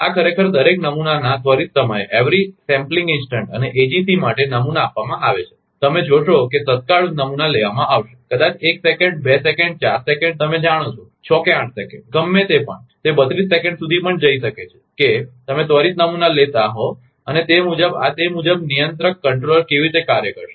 આ ખરેખર દરેક નમૂનાના ત્વરિત સમયે અને એજીસી માટે નમૂના આપવામાં આવે છે તમે જોશો કે તે તત્કાળ નમૂના લેવામાં આવશે કદાચ એક સેકન્ડ બે સેકન્ડ ચાર સેકન્ડ તમે જાણો છો છ કે આઠ સેકન્ડ ગમે તે પણ તે 32 સેકંડ સુધી પણ જઈ શકે છે કે તમે ત્વરિત નમૂના લેતા હો અને તે મુજબ આ તે મુજબ તે નિયંત્રક કેવી રીતે કાર્ય કરશે